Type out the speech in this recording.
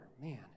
man